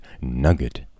nugget